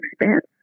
expense